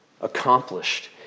accomplished